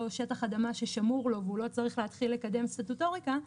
שטח אדמה ששמור לו והוא לא צריך להתחיל לקדם סטטוטוריקה,